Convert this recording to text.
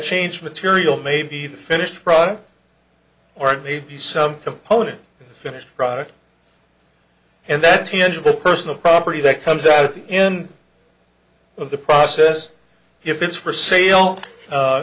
change material maybe the finished product or maybe some component in the finished product and that tangible personal property that comes out in of the process if it's for sale